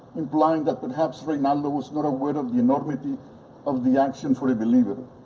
implying that perhaps reinaldo was not aware of the enormity of the action for a believer.